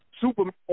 Superman